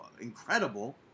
incredible